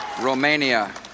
Romania